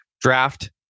Draft